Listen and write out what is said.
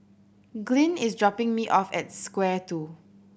Glynn is dropping me off at Square Two